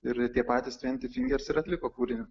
ir tie patys tventi fingers ir atliko kūrinį